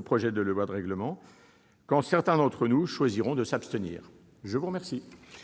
projet de loi de règlement, mais certains d'entre nous choisiront de s'abstenir. La parole